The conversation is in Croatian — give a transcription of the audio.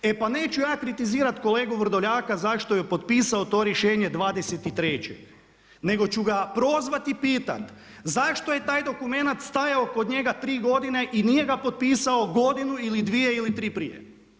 E pa neću ja kritizirat kolegu Vrdoljaka zašto je potpisao to rješenje 23. nego ću ga prozvat i pitat zašto je taj dokumenat stajao kod njega tri godine i nije ga potpisao godinu ili dvije ili tri prije.